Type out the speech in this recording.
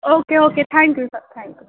okay okay thank you sir thank you